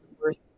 worth